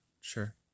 sure